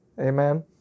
Amen